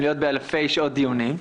להיות באלפי שעות דיונים.